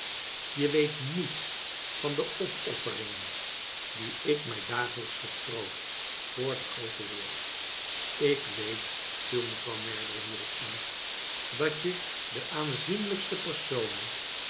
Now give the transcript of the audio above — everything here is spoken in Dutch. je weet niets van de opofferingen die ik mij dagelijks getroost voor de groote wereld ik weet viel mevrouw merdle hierop in dat je de aa nzienlijkste personen